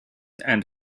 and